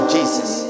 Jesus